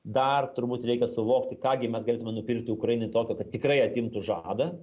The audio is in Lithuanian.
dar turbūt reikia suvokti ką gi mes galėtume nupirkti ukrainai tokio kad tikrai atimtų žadą